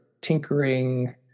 tinkering